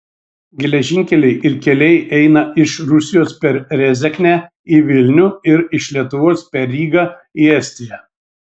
geležinkeliai ir keliai eina iš rusijos per rezeknę į vilnių ir iš lietuvos per rygą į estiją